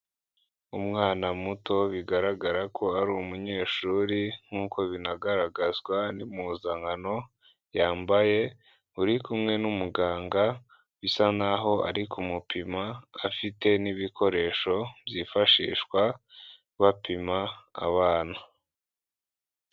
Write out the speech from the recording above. Umwana muto bigaragara ko ari umunyeshuri, nk'uko binagaragazwa n'impuzankano yambaye uri kumwe n'umuganga, bisa naho ari kumupima afite n'ibikoresho byifashishwa bapima abana.